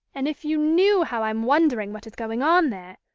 and if you knew how i am wondering what is going on there!